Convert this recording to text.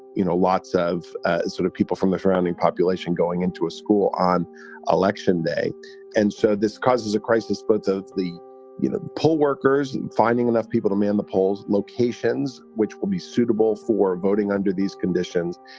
you know, lots of sort of people from the surrounding population going into a school on election day and said this causes a crisis. but the the you know pollworkers finding enough people to man the polls locations which will be suitable for voting under these conditions.